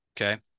okay